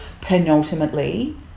penultimately